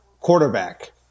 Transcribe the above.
Quarterback